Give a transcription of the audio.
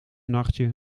nachtje